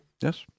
Yes